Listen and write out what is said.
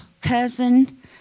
cousin